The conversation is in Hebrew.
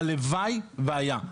הלוואי והיה,